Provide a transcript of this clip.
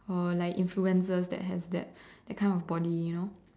or like influence that just has that kind of body you know